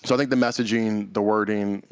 so i think the messaging, the wording, you